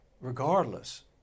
regardless